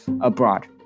abroad